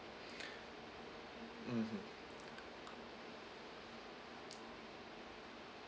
mmhmm